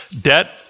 Debt